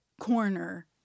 corner